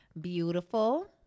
beautiful